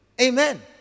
Amen